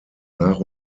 nach